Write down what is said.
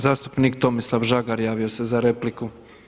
Zastupnik Tomislav Žagar javio se za repliku.